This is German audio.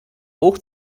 hoch